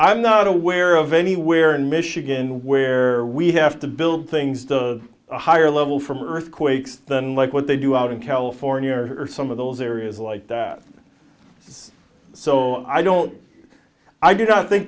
i'm not aware of anywhere in michigan where we have to build things the higher level from earthquakes than like what they do out in california or some of those areas like that so i don't i did not think